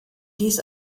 dies